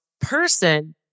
person